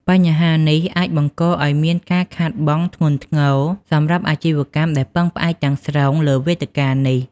បញ្ហានេះអាចបង្កឱ្យមានការខាតបង់ធ្ងន់ធ្ងរសម្រាប់អាជីវកម្មដែលពឹងផ្អែកទាំងស្រុងលើវេទិកានេះ។